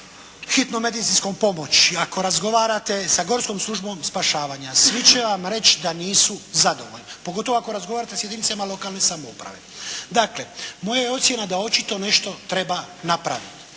hitnom medicinskom pomoći, ako razgovarate sa Gorskom službom spašavanja svi će vam reći da nisu zadovoljni, pogotovo ako razgovarate s jedinicama lokalne samouprave. Dakle, moja je ocjena da očito nešto treba napraviti